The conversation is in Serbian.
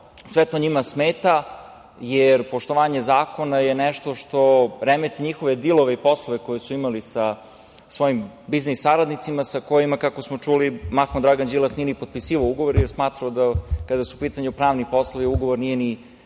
to njima smeta, jer je poštovanje zakona nešto što remeti njihove dilove i poslove koje su imali sa svojim biznis saradnicima sa kojima, kako smo čuli, mahom Dragan Đilas nije ni potpisivao ugovore, jer je smatrao da kada su u pitanju pravni poslovi ugovor nije ni bitan.